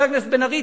חבר הכנסת בן-ארי,